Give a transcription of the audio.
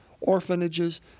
orphanages